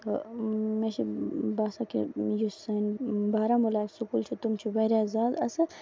تہٕ مےٚ چھِ باسان کہِ یُس سٲنۍ بارہمولہ سکوٗل چھُ تِم چھِ واریاہ زیادٕ اَصٕل